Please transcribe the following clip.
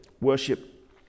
worship